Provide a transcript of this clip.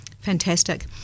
Fantastic